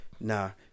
Now